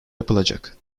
yapılacak